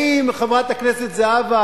חברת הכנסת זהבה,